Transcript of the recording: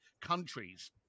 countries